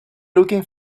looking